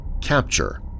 capture